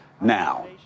now